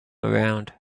around